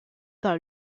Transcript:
par